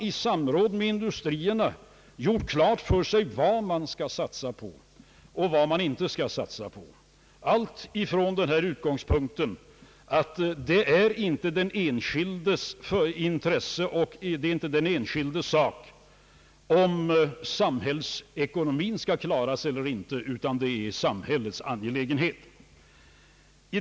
I samråd med industrierna har man gjort klart för sig vad man skall satsa på och inte satsa på, allt från utgångspunkten att det inte är den enskildes sak om samhällsekonomin skall klaras eller ej, utan en samhällets angelägenhet.